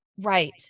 right